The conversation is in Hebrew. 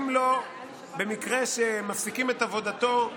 במקרה שמפסיקים את עבודתו,